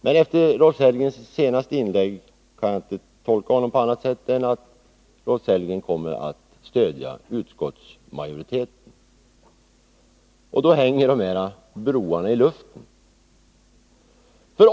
Rolf Sellgrens senaste inlägg kan jag inte tolka på annat sätt än att han kommer att stödja utskottsmajoritetens förslag. I så fall ”hänger” de här broarna i luften.